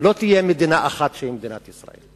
לא תהיה מדינה אחת שהיא מדינת ישראל.